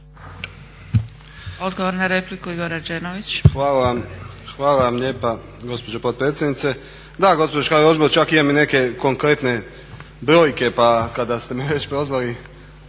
Odgovor na repliku Igor Rađenović. **Rađenović, Igor (SDP)** Hvala vam lijepa gospođo potpredsjednice. Da, gospođo Škare-Ožbolt čak imam i neke konkretne brojke pa kada ste me već prozvali